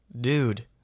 Dude